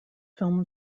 film